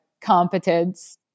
competence